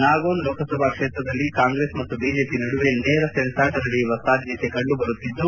ನಾಗೋನ್ ಲೋಕಸಭಾ ಕ್ಷೇತ್ರದಲ್ಲಿ ಕಾಂಗ್ರೆಸ್ ಮತ್ತು ಬಿಜೆಪಿ ನಡುವೆ ನೇರ ಸೆಣಸಾಟ ನಡೆಯುವ ಸಾಧ್ಯತೆ ಕಂಡುಬರುತ್ತಿದ್ದು